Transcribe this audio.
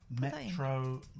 Metro